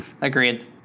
agreed